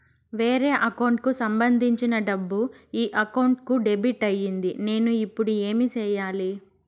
వేరే అకౌంట్ కు సంబంధించిన డబ్బు ఈ అకౌంట్ కు డెబిట్ అయింది నేను ఇప్పుడు ఏమి సేయాలి